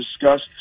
discussed